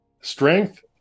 strength